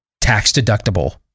tax-deductible